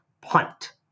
punt